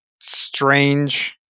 strange